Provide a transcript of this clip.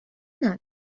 نداریم